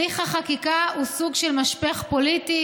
הליך החקיקה הוא סוג של משפך פוליטי: